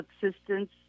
subsistence